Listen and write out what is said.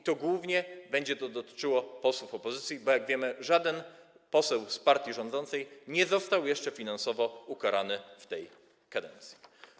I głównie będzie to dotyczyło posłów opozycji, bo, jak wiemy, żaden poseł z partii rządzącej nie został jeszcze finansowo ukarany w tej kadencji.